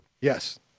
Yes